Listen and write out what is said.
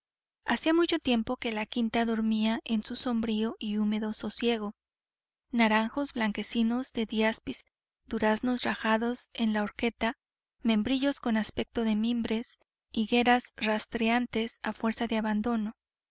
hacía mucho tiempo que la quinta dormía en su sombrío y húmedo sosiego naranjos blanquecinos de diaspis duraznos rajados en la horqueta membrillos con aspecto de mimbres higueras rastreantes a fuerza de abandono